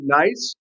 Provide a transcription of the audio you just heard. nice